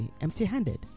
empty-handed